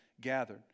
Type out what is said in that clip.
gathered